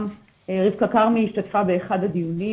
גם רבקה כרמי השתתפה באחד הדיונים,